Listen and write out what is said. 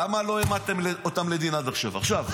למה לא העמדתם אותם לדין עד עכשיו, עכשיו?